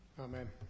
Amen